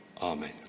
Amen